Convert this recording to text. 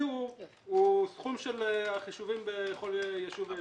החישוב הארצי הוא סכום של החישובים בכל יישוב ויישוב.